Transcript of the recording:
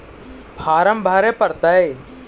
Farm भरे परतय?